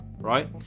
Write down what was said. right